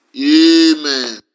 Amen